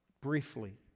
briefly